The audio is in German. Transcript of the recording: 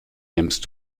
nimmst